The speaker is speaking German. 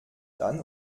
dann